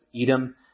Edom